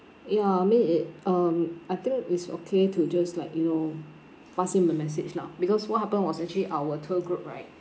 ya I mean it um I think it's okay to just like you know pass him a message lah because what happened was actually our tour group right